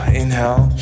inhale